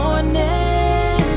Morning